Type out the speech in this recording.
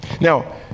now